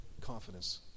confidence